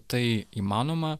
tai įmanoma